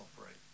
operate